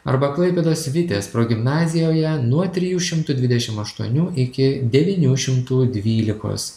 arba klaipėdos vitės progimnazijoje nuo trijų šimtų dvidešim aštuonių iki devynių šimtų dvylikos